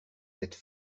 cette